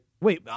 wait